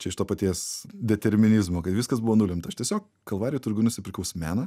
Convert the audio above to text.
čia iš to paties determinizmo kad viskas buvo nulemta aš tiesiog kalvarijų turguj nusipirkau smeną